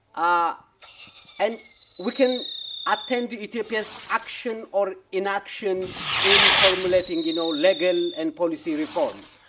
ah and we can attend to ethiopia's action or inaction in formulating you know legal and policy reforms.